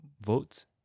votes